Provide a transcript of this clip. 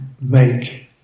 make